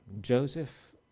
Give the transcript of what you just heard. Joseph